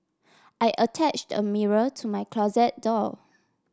I attached a mirror to my closet door